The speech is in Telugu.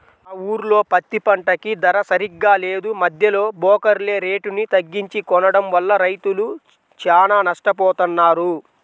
మా ఊర్లో పత్తి పంటకి ధర సరిగ్గా లేదు, మద్దెలో బోకర్లే రేటుని తగ్గించి కొనడం వల్ల రైతులు చానా నట్టపోతన్నారు